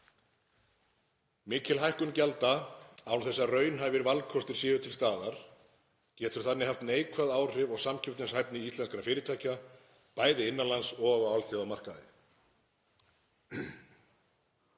Mikil hækkun gjalda án þess að raunhæfir valkostir séu til staðar getur þannig haft neikvæð áhrif á samkeppnishæfni íslenskra fyrirtækja, bæði innan lands og á alþjóðamarkaði.